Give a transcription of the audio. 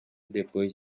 depois